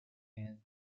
and